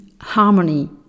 harmony